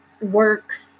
Work